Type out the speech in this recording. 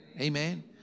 Amen